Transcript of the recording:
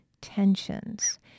tensions